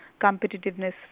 competitiveness